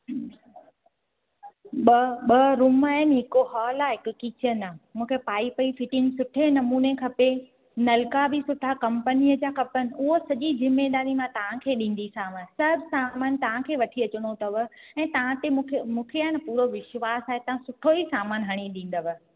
ॿ ॿ रूम आहिनि हिक हॉल आहे हिक किचन आहे मूंखे पाइप जी फिटिंग सुठे नमूने खपे नलका बि सुठा कम्पनीअ जा खपनि हूअ सॼी जिम्मेदारी मां तव्हांखे ॾींदीसांव सभु सामानु तव्हांखे वठी अचणो अथव ऐं तव्हां ते मूंखे मूंखे आहे न पूरो विश्वासु आहे तव्हां सुठो ई सामानु हणी ॾींदव